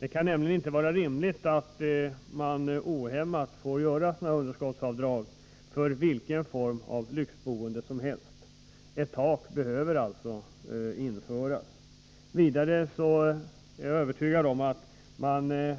Det kan nämligen inte vara rimligt att ohämmat få göra underskottsavdrag för vilka former av lyxboende som helst. Ett tak behöver införas. Vidare är jag övertygad om att man blir